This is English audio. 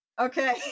Okay